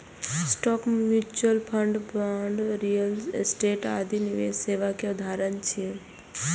stock, mutual fund, bond, real estate आदि निवेश सेवा के उदाहरण छियै